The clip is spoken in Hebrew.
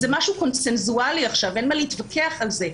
זה משהו קונצנזואלי עכשיו, אין מה להתווכח על זה.